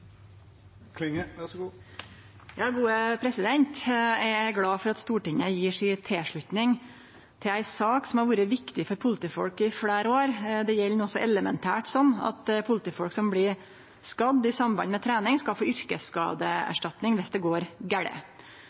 Eg er glad for at Stortinget gjev si tilslutning til ei sak som har vore viktig for politifolk i fleire år. Det gjeld noko så elementært som at politifolk som blir skadde i samband med trening, skal få yrkesskadeerstatning viss det går